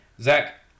Zach